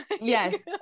Yes